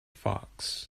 fox